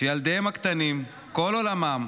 שילדיהם הקטנים, כל עולמם,